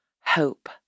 hope